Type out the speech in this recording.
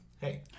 hey